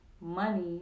money